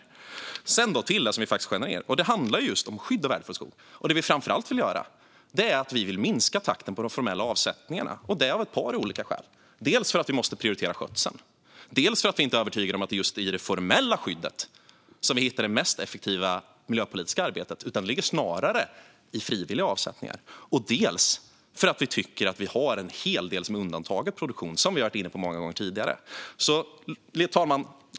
När det sedan gäller det som vi faktiskt skär ned på handlar det just om skydd av värdefull skog. Framför allt vill vi minska takten på de formella avsättningarna, och det av ett par olika skäl. Dels måste vi prioritera skötseln, dels är vi inte övertygade om att det är i det formella skyddet vi hittar det mest effektiva miljöpolitiska arbetet, som snarare ligger i frivilliga avsättningar, dels är det en hel del som är undantagen produktion, som vi har varit inne på många gånger tidigare. Fru talman!